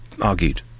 argued